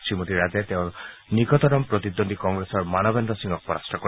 শ্ৰীমতী ৰাজে তেওঁ নিকটতম প্ৰতিদ্বন্দী কংগ্ৰেছৰ মানৱেদ্ৰ সিঙক পৰাস্ত কৰে